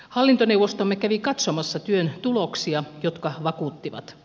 hallintoneuvostomme kävi katsomassa työn tuloksia jotka vakuuttivat